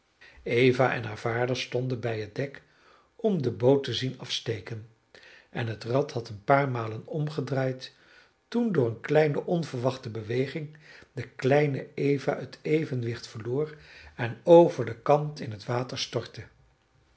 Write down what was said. eva en haar vader stonden bij het dek om de boot te zien afsteken en het rad had een paar malen omgedraaid toen door eene onverwachte beweging de kleine eva het evenwicht verloor en over den kant in het water stortte